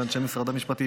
ואנשי משרד המשפטים,